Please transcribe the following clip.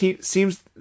seems